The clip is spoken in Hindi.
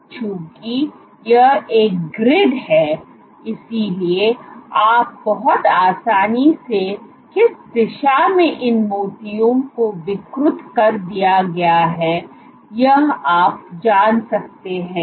चूंकि यह एक ग्रिड है इसलिए आप बहुत आसानी से किस दिशा में इन मोतियों को विकृत कर दिया गया है यह आप जान सकते हैं